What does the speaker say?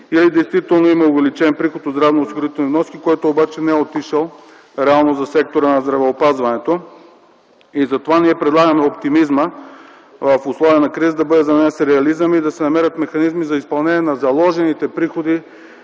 или действително има увеличен приход от здравноосигурителни вноски, който обаче не е отишъл реално за сектора на здравеопазването. Ние предлагаме оптимизмът в условията на криза да бъде заменен с реализъм. Предлагаме да се намерят механизми за изпълнение на заложените приходи